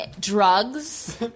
drugs